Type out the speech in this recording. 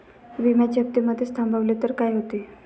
विम्याचे हफ्ते मधेच थांबवले तर काय होते?